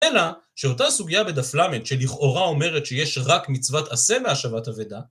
אלא שאותה סוגיה בדף ל, שלכאורה אומרת שיש רק מצוות עשה בהשבת אבידה